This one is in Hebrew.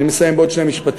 אני מסיים בעוד שני משפטים,